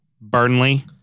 Burnley